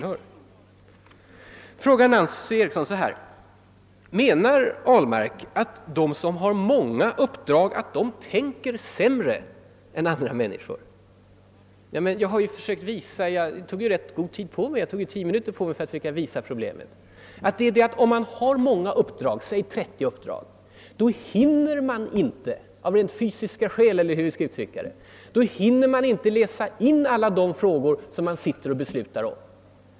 Så frågar fru Eriksson, om jag menar att de som har många uppdrag tänker sämre än andra människor. Jag tog tio minuter på mig för att försöka visa att den som har många uppdrag, säg 20—30, av rent »fysiska» skäl inte hinner läsa in alla de frågor som han är med att besluta om.